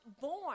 born